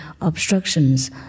obstructions